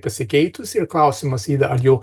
pasikeitusi ir klausimas yra ar jau